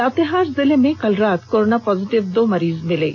लातेहार जिले में कल रात कोरोना पॉजिटिव दो मरीज मिले हैं